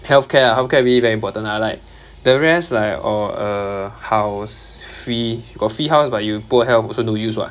healthcare ah healthcare really very important lah like the rest like orh err house free got free house but you poor health also no use [what]